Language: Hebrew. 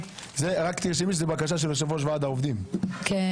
רק תרשמי שזאת בקשה של יושב ראש ועדת העובדים בהסתדרות.